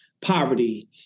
poverty